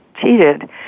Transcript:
cheated